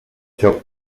xoc